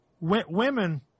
women